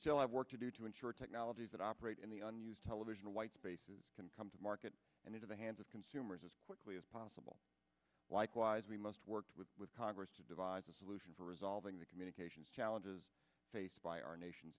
still have work to do to ensure technologies that operate in the unused television white spaces can come to market and into the hands of consumers as quickly as possible likewise we must work with congress to devise a solution for resolving the communications challenges faced by our nation